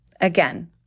again